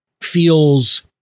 feels